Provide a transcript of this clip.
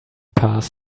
past